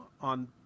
on